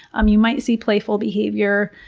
um you might see playful behavior,